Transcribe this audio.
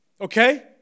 Okay